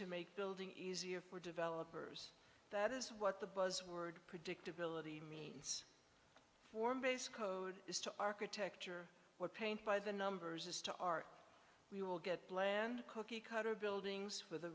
to make building easier for developers that is what the buzz word predictability means form base code is to architecture what paint by the numbers is to are we will get bland cookie cutter buildings for the